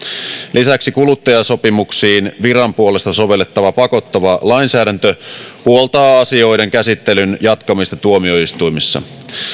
lisäksi kuluttajasopimuksiin viran puolesta sovellettava pakottava lainsäädäntö puoltaa asioiden käsittelyn jatkamista tuomioistuimissa